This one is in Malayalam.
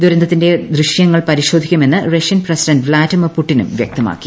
ദുരന്തത്തിന്റെ ദൃശ്യങ്ങൾ പരിശോധിക്കുമെന്ന് റഷ്യൻ പ്രസിഡന്റ് വ്ളാഡിമിർ ്പുടിനും വൃക്തമാക്കി